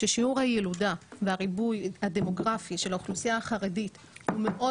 ששיעור הילודה והריבוי הדמוגרפי של האוכלוסייה החרדית הוא מאוד